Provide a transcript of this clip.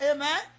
Amen